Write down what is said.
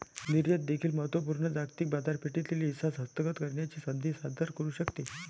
निर्यात देखील महत्त्व पूर्ण जागतिक बाजारपेठेतील हिस्सा हस्तगत करण्याची संधी सादर करू शकते